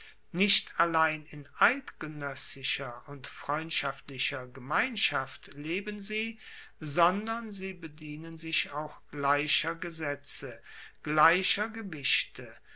nicht allein in eidgenoessischer und freundschaftlicher gemeinschaft leben sie sondern sie bedienen sich auch gleicher gesetze gleicher gewichte